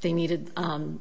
they needed